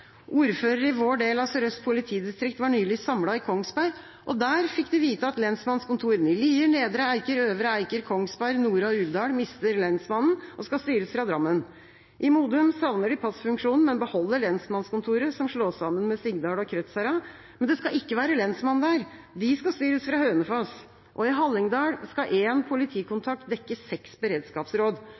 Ordførere i vår del av Sør-Øst politidistrikt var nylig samlet i Kongsberg. Der fikk de vite at lensmannskontorene i Lier, Nedre Eiker, Øvre Eiker, Kongsberg, Nore og Uvdal mister lensmannen og skal styres fra Drammen. I Modum savner de passfunksjonen, men beholder lensmannskontoret, som slås sammen med Sigdal og Krødsherad, men det skal ikke være lensmann der. De skal styres fra Hønefoss. I Hallingdal skal én politikontakt dekke seks beredskapsråd.